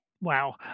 Wow